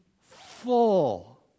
full